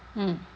mm